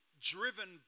driven